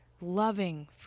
loving